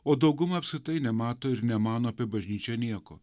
o dauguma apskritai nemato ir nemano apie bažnyčią nieko